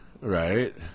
Right